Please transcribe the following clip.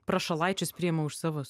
prašalaičius priima už savus